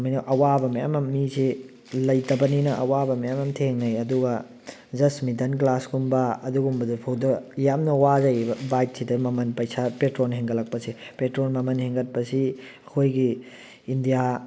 ꯁꯨꯃꯥꯏꯅ ꯑꯋꯥꯕ ꯃꯌꯥꯝ ꯑꯃ ꯃꯤꯁꯤ ꯂꯩꯇꯕꯤꯅ ꯑꯋꯥꯕ ꯃꯌꯥꯝ ꯑꯃ ꯊꯦꯡꯅꯩ ꯑꯗꯨꯒ ꯖꯁ ꯃꯤꯗꯜ ꯀ꯭ꯂꯥꯁꯀꯨꯝꯕ ꯑꯗꯨꯒꯨꯝꯕꯗꯐꯧꯗ ꯌꯥꯝꯅ ꯋꯥꯖꯩꯌꯦꯕ ꯕꯥꯏꯛꯁꯤꯗ ꯃꯃꯜ ꯄꯩꯁꯥ ꯄꯦꯇ꯭ꯔꯣꯜ ꯍꯦꯟꯒꯠꯂꯛꯄꯁꯦ ꯄꯦꯇ꯭ꯔꯣꯜ ꯃꯃꯜ ꯍꯦꯟꯒꯠꯄꯁꯤ ꯑꯩꯈꯣꯏꯒꯤ ꯏꯟꯗꯤꯌꯥ